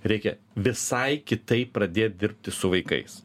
reikia visai kitaip pradėt dirbti su vaikais